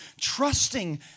trusting